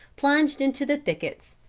plunged into the thickets,